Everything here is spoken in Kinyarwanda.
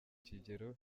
kigero